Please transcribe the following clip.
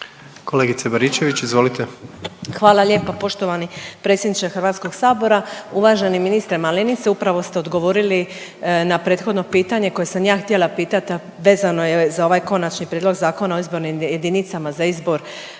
izvolite. **Baričević, Danica (HDZ)** Hvala lijepa poštovani predsjedniče Hrvatskog sabora. Uvaženi ministre Malenica upravo ste odgovorili na prethodno pitanje koje sam ja htjela pitati, a vezano je za ovaj Konačni prijedlog Zakona o izbornim jedinicama za izbor